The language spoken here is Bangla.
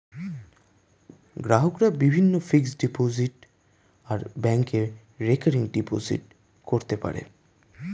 গ্রাহকরা বিভিন্ন ফিক্সড ডিপোজিট আর ব্যাংকে রেকারিং ডিপোজিট করতে পারে